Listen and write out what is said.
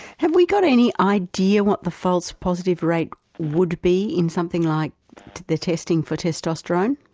have we got any idea what the false positive rate would be in something like the testing for testosterone?